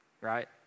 right